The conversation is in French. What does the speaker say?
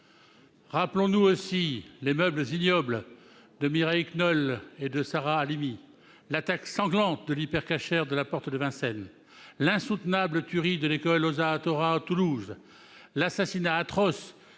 Rappelons-nous aussi les meurtres ignobles de Mireille Knoll et Sarah Halimi, l'attaque sanglante de l'Hyper Cacher de la porte de Vincennes, l'insoutenable tuerie de l'école Ozar Hatorah à Toulouse, l'assassinat atroce